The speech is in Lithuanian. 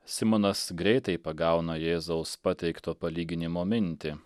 simonas greitai pagauna jėzaus pateikto palyginimo mintį